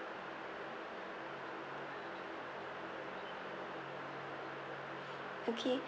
okay